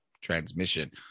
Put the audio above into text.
transmission